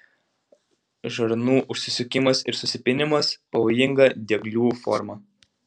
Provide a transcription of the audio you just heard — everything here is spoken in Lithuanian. žarnų užsisukimas ir susipynimas pavojinga dieglių forma